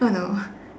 oh no